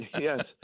yes